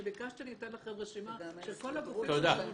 אני יכולה לתת לכם רשימה של כל הגופים שהוזמנו לישיבה.